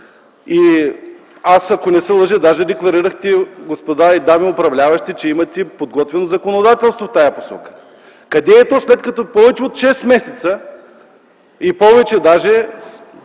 фонд. Ако не се лъжа, даже декларирахте, господа и дами управляващи, че имате подготвено законодателство в тази посока. Къде е то, след като повече от шест месеца управлявате